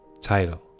title